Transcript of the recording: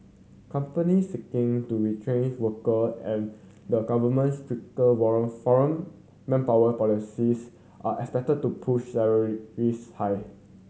companies seeking to retain worker and the government's stricter foreign manpower policies are expected to push high